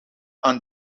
aan